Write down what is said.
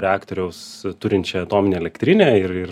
reaktoriaus turinčią atominę elektrinę ir ir